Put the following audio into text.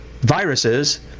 viruses